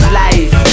life